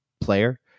player